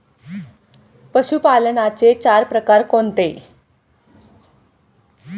पशुपालनाचे चार प्रकार कोणते?